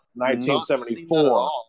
1974